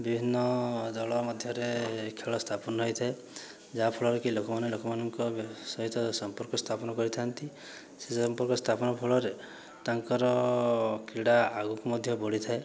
ବିଭିନ୍ନ ଦଳ ମଧ୍ୟରେ ଖେଳ ସ୍ଥାପନ ହୋଇଥାଏ ଯାହାଫଳରେ କି ଲୋକମାନେ ଲୋକମାନଙ୍କ ସହିତ ସମ୍ପର୍କ ସ୍ଥାପନ କରିଥାନ୍ତି ସେ ସମ୍ପର୍କ ସ୍ଥାପନ ଫଳରେ ତାଙ୍କର କ୍ରୀଡ଼ା ଆଗକୁ ମଧ୍ୟ ବଢ଼ିଥାଏ